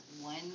one